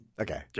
okay